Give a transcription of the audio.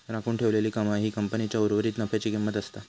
राखून ठेवलेली कमाई ही कंपनीच्या उर्वरीत नफ्याची किंमत असता